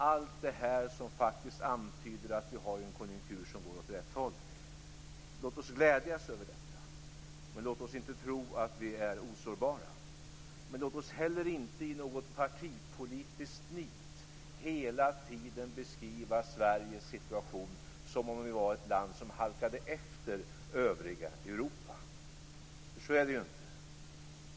Allt detta antyder faktiskt att vi har en konjunktur som går åt rätt håll. Låt oss glädjas över detta, men låt oss inte tro att vi är osårbara. Men låt oss heller inte i något partipolitiskt nit hela tiden beskriva Sveriges situation som om vi var ett land som halkade efter övriga Europa, för så är det ju inte.